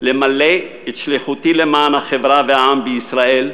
למלא את שליחותי למען החברה והעם בישראל,